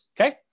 okay